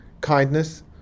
kindness